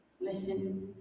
Listen